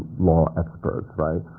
law experts, right?